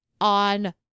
on